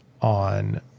on